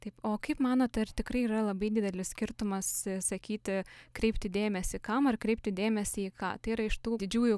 taip o kaip manot ar tikrai yra labai didelis skirtumas sakyti kreipti dėmesį kam atkreipti dėmesį į ką tai yra iš tų didžiųjų